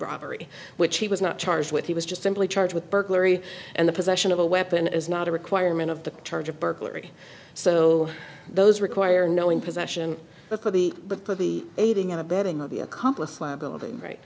robbery which he was not charged with he was just simply charged with burglary and the possession of a weapon is not a requirement of the charge of burglary so those require knowing possession but for the but for the aiding and abetting of the accomplice liability right